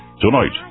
tonight